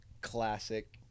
classic